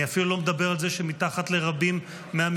אני אפילו לא מדבר על זה שמתחת לרבים מהמסגדים,